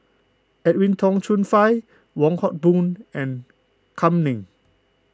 Edwin Tong Chun Fai Wong Hock Boon and Kam Ning